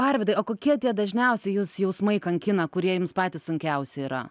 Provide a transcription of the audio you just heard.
arvydai o kokie tie dažniausiai jus jausmai kankina kurie jums patys sunkiausi yra